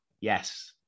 yes